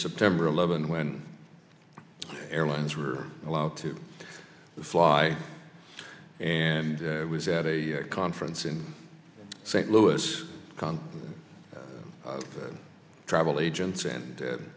september eleventh when airlines were allowed to fly and i was at a conference in st louis cons travel agents and